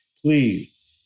Please